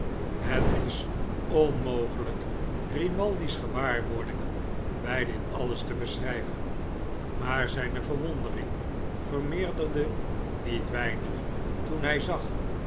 het is onmogelijk grimaldi's gewaarwordingen by dit alles te beschrijven maar zijne verwondering vermeerderde niet weinig toen hij zag